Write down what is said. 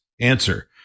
Answer